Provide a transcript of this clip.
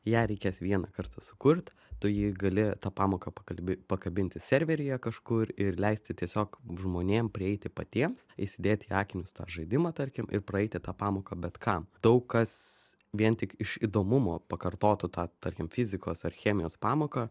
ją reikės vieną kartą sukurt tu jį gali tą pamoką pakalbi pakabinti serveryje kažkur ir leisti tiesiog žmonėm prieiti patiems įsidėt į akinius tą žaidimą tarkim ir praeiti tą pamoką bet kam daug kas vien tik iš įdomumo pakartotų tą tarkim fizikos ar chemijos pamoką